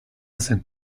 zen